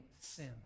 sin